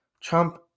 Trump